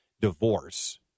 divorce